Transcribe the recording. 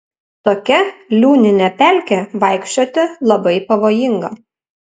tokia liūnine pelke vaikščioti labai pavojinga